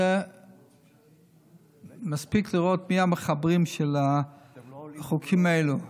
זה מספיק לראות מי המחברים של החוקים האלה,